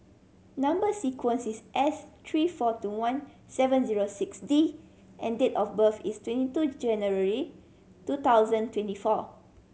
number sequence is S three four two one seven zero six D and date of birth is twenty two January two thousand twenty four